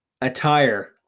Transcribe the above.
attire